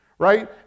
Right